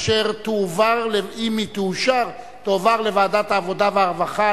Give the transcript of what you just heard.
אשר אם היא תאושר תועבר לוועדת העבודה והרווחה